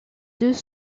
deux